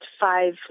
five